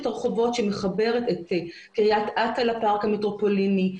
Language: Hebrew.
הרחובות שמחברת את קריית אתא לפארק המטרופוליני,